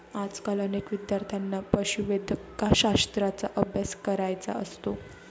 आजकाल अनेक विद्यार्थ्यांना पशुवैद्यकशास्त्राचा अभ्यास करायचा असतो